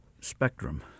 Spectrum